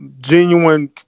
genuine